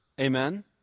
amen